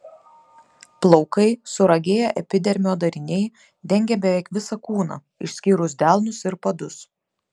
plaukai suragėję epidermio dariniai dengia beveik visą kūną išskyrus delnus ir padus